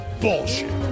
Bullshit